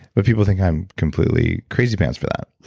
but people think i'm completely crazy pants for that.